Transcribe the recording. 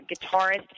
guitarist